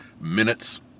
minutes